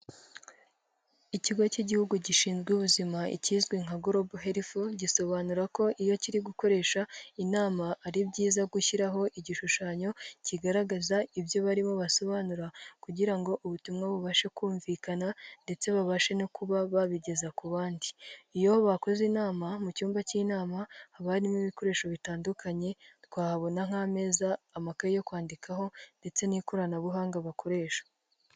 Ikigo cy'Igihugu gishinzwe ubuzima, ikizwi nka Global health, gisobanura ko iyo kirigukoresha inama ari byiza gushyiraho igishushanyo, kigaragaza ibyo barimo basobanura, kugira ngo ubutumwa bubashe kumvikana ndetse babashe no kuba babigeza ku bandi. Iyo bakoze inama mu cyumba cy'inama haba harimo ibikoresho bitandukanye, twahabona nk'ameza, amakaye yo kwandikaho, ndetse n'ikoranabuhanga bakoresha.